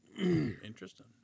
Interesting